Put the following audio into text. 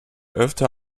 öfter